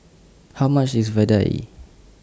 How much IS Vadai